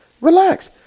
Relax